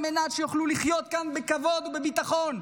מנת שיוכלו לחיות כאן בכבוד ובביטחון.